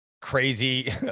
crazy